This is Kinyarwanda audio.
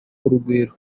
urugwiro